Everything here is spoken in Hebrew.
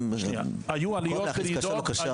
במקום להחליט כשר או לא כשר,